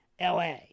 la